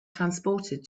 transported